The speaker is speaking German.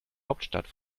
hauptstadt